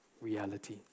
reality